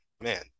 Man